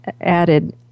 added